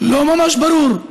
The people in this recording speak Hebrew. לא ממש ברור.